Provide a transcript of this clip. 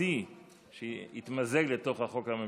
הפרטי שהתמזג לתוך החוק הממשלתי.